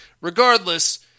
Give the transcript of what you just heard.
regardless